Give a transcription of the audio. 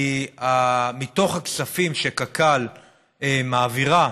כי מתוך הכספים שקק"ל מעבירה,